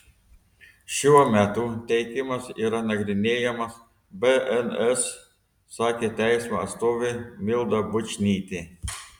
šiuo metu teikimas yra nagrinėjamas bns sakė teismo atstovė milda bučnytė